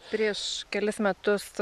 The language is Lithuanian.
prieš kelis metus